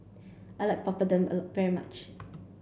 I like Papadum very much